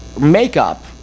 makeup